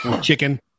chicken